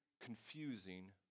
confusing